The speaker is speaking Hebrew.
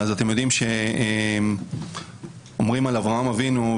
אתם יודעים שאומרים על אברהם אבינו,